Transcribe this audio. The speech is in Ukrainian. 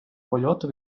польоту